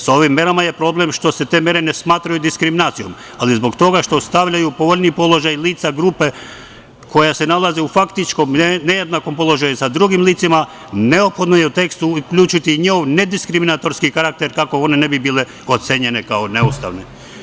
Sa ovim merama je problem što se te mere ne smatraju diskriminacijom, ali zbog toga što ostavljaju u povoljniji položaj lica i grupe koje se nalaze u faktički nejednakom položaju sa drugim licima, neophodno je u tekstu uključiti njihov nediskriminatorski karakter kako one ne bi bili ocenjene kao neustavne.